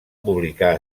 publicar